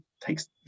takes